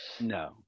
No